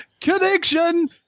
Connection